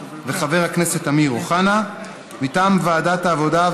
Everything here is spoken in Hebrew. חבר הכנסת רוברט אילטוב וחבר הכנסת אמיר אוחנה; מטעם ועדת העבודה,